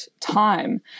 time